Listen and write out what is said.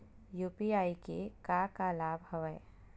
UPI के का का लाभ हवय?